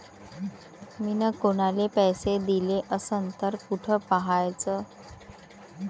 मिन कुनाले पैसे दिले असन तर कुठ पाहाचं?